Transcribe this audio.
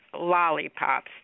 lollipops